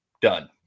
Done